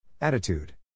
Attitude